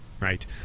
right